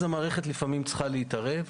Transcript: המערכת לפעמים צריכה להתערב,